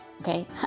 okay